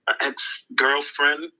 ex-girlfriend